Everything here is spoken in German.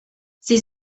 sie